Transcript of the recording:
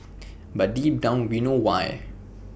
but deep down we know why